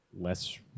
less